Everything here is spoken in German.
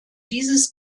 dieses